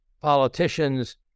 politicians